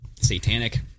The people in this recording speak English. satanic